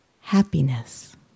happiness